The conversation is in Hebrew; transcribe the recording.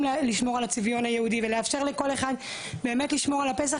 לשמור על הצביון היהודי ולאפשר לכל אחד לשמור על הפסח.